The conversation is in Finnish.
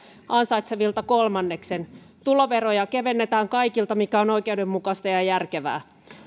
ansaitsevilta kolmanneksen tuloveroja kevennetään kaikilta mikä on oikeudenmukaista ja järkevää